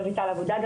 רויטל אבו דגה,